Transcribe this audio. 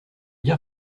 dire